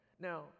Now